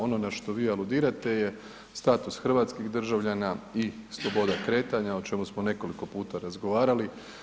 Ono na što vi aludirate je status hrvatskih državljana i sloboda kretanja o čemu smo nekoliko puta razgovarali.